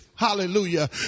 Hallelujah